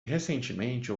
recentemente